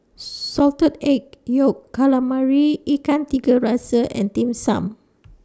Salted Egg Yolk Calamari Ikan Tiga Rasa and Dim Sum